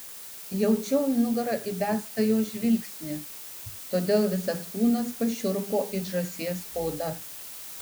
jaučiau į nugarą įbestą jo žvilgsnį todėl visas kūnas pašiurpo it žąsies oda